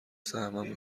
سهمم